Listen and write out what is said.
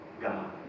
God